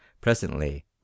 Presently